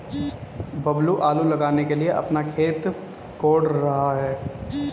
बबलू आलू लगाने के लिए अपना खेत कोड़ रहा है